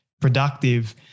productive